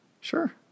Sure